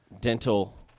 dental